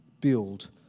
build